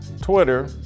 Twitter